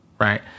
right